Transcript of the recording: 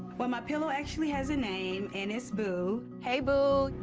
well my pillow actually has a name in his boo. hey boo.